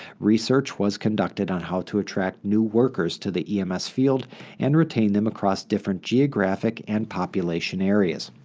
research was conducted on how to attract new workers to the ems field and retain them across different geographic and population areas.